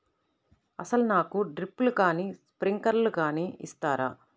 అసలు నాకు డ్రిప్లు కానీ స్ప్రింక్లర్ కానీ ఇస్తారా?